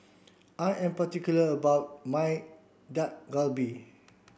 I am particular about my Dak Galbi